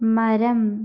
മരം